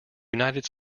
united